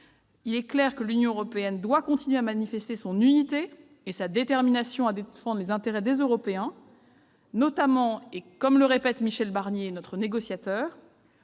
Il est clair que l'Union européenne doit continuer à manifester son unité et sa détermination à défendre les intérêts des Européens, notamment, comme le répète Michel Barnier, notre négociateur,